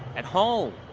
at home.